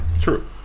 True